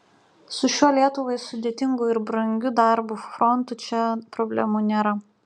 su šiuo lietuvai sudėtingu ir brangiu darbų frontu čia problemų nėra